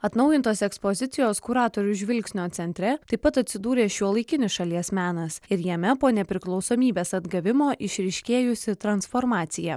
atnaujintos ekspozicijos kuratorių žvilgsnio centre taip pat atsidūrė šiuolaikinis šalies menas ir jame po nepriklausomybės atgavimo išryškėjusi transformacija